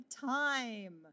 time